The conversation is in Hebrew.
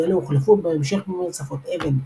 ואלה הוחלפו בהמשך במרצפות אבן.